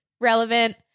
Relevant